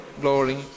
glory